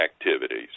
activities